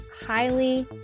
highly